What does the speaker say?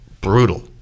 brutal